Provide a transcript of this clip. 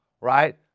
right